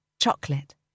chocolate